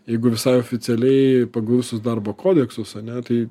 jeigu visai oficialiai pagal visus darbo kodeksus ane tai